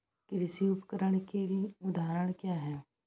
कृषि उपकरण के उदाहरण क्या हैं?